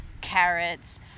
carrots